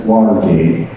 Watergate